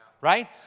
right